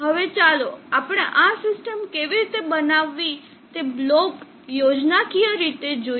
હવે ચાલો આપણે આ સિસ્ટમ કેવી રીતે બનાવવી તે બ્લોક યોજનાકીય રીતે જોઈએ